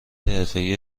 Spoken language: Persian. حرفهای